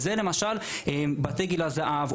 למשל: בתי גיל הזהב,